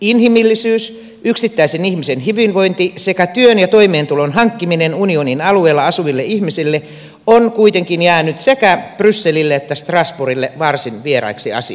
inhimillisyys yksittäisen ihmisen hyvinvointi sekä työn ja toimeentulon hankkiminen unionin alueella asuville ihmisille ovat kuitenkin jääneet sekä brysselille että strasbourgille varsin vieraiksi asioiksi